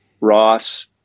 Ross